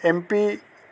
M P